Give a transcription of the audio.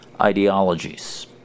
ideologies